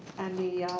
and the.